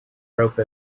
rope